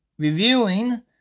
reviewing